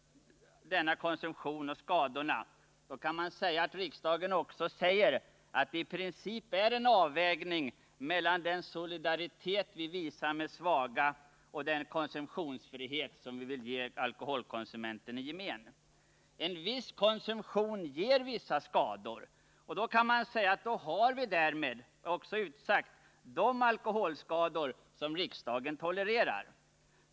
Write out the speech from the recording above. mellan denna konsumtion och skadorna, så kan man säga att riksdagen också medeger att i princip är det en avvägning mellan den solidaritet vi visar med svaga och den konsumtionsfrihet som vi vill ge alkoholkonsumenten i gemen. En viss totalkonsumtion ger vissa skador. Då kan man säga att därmed har vi också utsagt vilka alkoholskador som riksdagen tolererar.